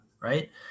right